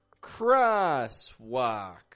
Crosswalk